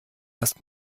erst